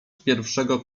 pierwszego